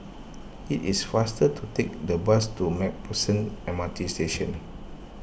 it is faster to take the bus to MacPherson M R T Station